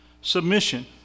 Submission